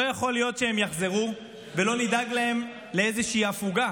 לא יכול להיות שהם יחזרו ולא נדאג להם לאיזושהי הפוגה.